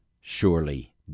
surely